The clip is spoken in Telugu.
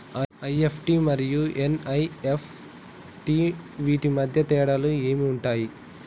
ఇ.ఎఫ్.టి మరియు ఎన్.ఇ.ఎఫ్.టి వీటి మధ్య తేడాలు ఏమి ఉంటాయి?